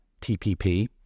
TPP